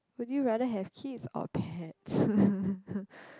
would you rather have kids or pets